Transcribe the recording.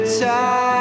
time